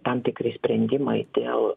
tam tikri sprendimai dėl